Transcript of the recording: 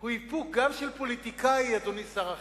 הוא איפוק, גם של פוליטיקאי, אדוני שר החינוך.